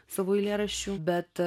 savo eilėraščių bet